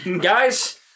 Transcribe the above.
Guys